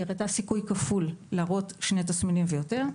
היא הראתה סיכוי כפול להראות שני תסמינים ויותר.